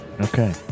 Okay